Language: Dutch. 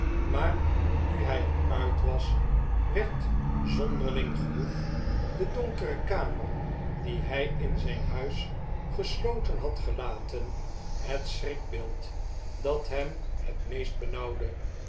maar nu hij er uit was werd zonderling genoeg de donkere kamer die hij in zijn huis gesloten had gelaten het schrikbeeld dat hem het meest